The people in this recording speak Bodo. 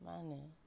मा होनो